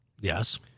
yes